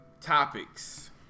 Topics